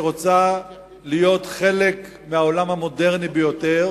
שרוצה להיות חלק מהעולם המודרני ביותר,